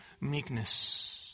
meekness